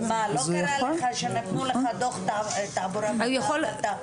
האם לא קרה לך שנתנו לך דוח תעבורה ואתה אמרת שלא ביצעת את העבירה?